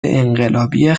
انقلابی